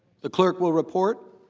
the clerk will report.